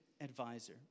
advisor